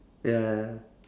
ya ya